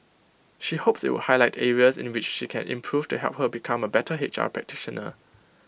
she hopes IT would highlight areas in which she can improve to help her become A better H R practitioner